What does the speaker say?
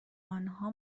آنها